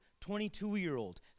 22-year-old